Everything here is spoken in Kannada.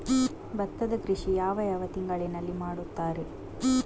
ಭತ್ತದ ಕೃಷಿ ಯಾವ ಯಾವ ತಿಂಗಳಿನಲ್ಲಿ ಮಾಡುತ್ತಾರೆ?